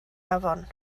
afon